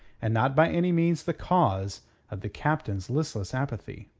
and not by any means the cause of the captain's listless apathy.